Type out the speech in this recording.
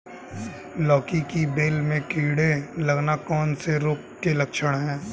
लौकी की बेल में कीड़े लगना कौन से रोग के लक्षण हैं?